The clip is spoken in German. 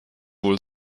wohl